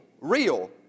real